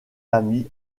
lamy